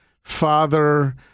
father